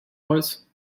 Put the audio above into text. was